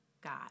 god